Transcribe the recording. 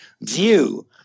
view